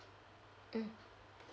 mm